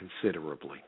considerably